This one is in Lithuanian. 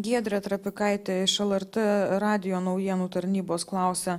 giedrė trapikaitė iš lrt radijo naujienų tarnybos klausia